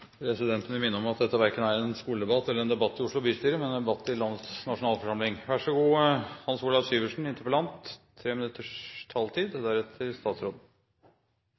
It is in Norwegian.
Presidenten vil minne om at dette verken er en skoledebatt eller en debatt i Oslo bystyre, men en debatt i landets nasjonalforsamling.